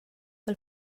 pel